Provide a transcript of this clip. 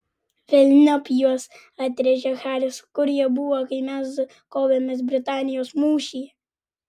velniop juos atrėžė haris kur jie buvo kai mes kovėmės britanijos mūšyje